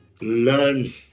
learn